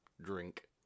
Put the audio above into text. drink